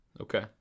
Okay